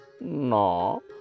No